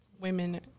women